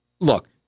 look